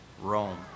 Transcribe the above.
Rome